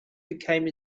became